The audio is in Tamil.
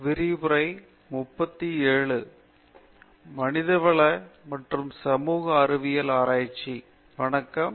பேராசிரியர் பிரதாப் ஹரிதாஸ் வணக்கம்